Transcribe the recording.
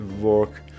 work